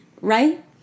right